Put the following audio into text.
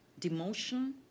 demotion